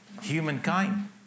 humankind